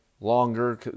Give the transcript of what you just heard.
longer